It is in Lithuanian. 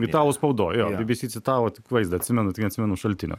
italų spaudoj jo bbc citavo tik vaizdą atsimenu tik neatsimenu šaltinio